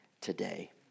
today